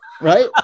right